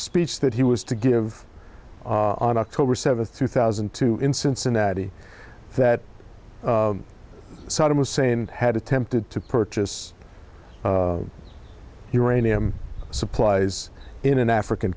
speech that he was to give on october seventh two thousand and two in cincinnati that saddam hussein had attempted to purchase uranium supplies in an african